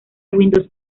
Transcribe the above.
windows